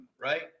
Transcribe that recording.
Right